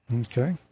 Okay